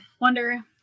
Wonder